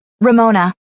ramona